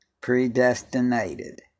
Predestinated